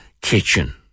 kitchen